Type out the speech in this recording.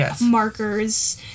markers